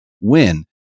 win